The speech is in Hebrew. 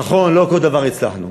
נכון, לא כל דבר הצלחנו.